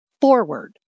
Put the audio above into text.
forward